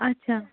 اچھا